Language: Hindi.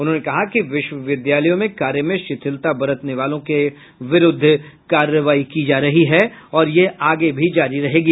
उन्होंने कहा कि विश्वविद्यालयों में कार्य में शिथिलिता बरतने वालों के विरूद्व कार्रवाई की जा रही है और यह आगे भी जारी रहेगी